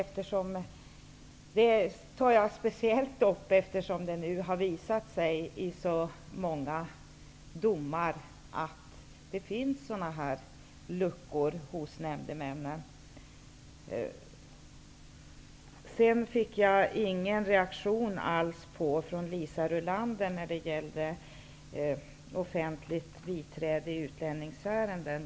Jag tar upp speciellt detta, eftersom det har visat sig i så många domar att det finns sådana luckor hos nämndemännen. Jag fick ingen reaktion alls från Liisa Rulander när det gäller offentligt biträde i utlänningsärenden.